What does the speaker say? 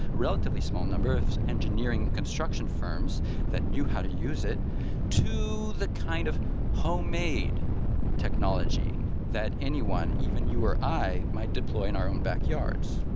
relatively small number, of engineering construction firms that knew how to use it to the kind of homemade technology that anyone even you or i might deploy in our own backyards.